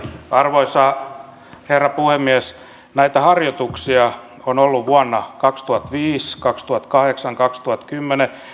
arvoisa herra puhemies näitä harjoituksia on ollut vuosina kaksituhattaviisi kaksituhattakahdeksan kaksituhattakymmenen